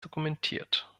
dokumentiert